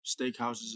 steakhouses